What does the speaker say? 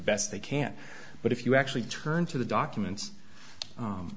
best they can but if you actually turn to the documents